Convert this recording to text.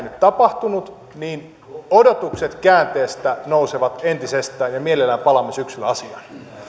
nyt tapahtunut niin odotukset käänteestä nousevat entisestään ja mielellämme palaamme syksyllä asiaan